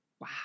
Wow